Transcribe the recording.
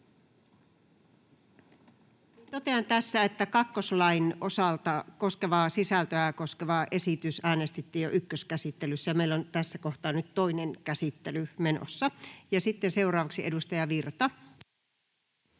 Totean tässä, että kakkoslain osalta sisältöä koskeva esitys äänestettiin jo ykköskäsittelyssä ja meillä on tässä kohtaa nyt toinen käsittely menossa. — Ja sitten seuraavaksi edustaja Virta.